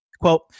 Quote